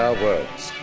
words.